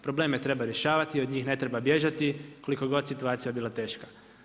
Probleme treba rješavati, od njih ne treba bježati koliko god situacija bila teška.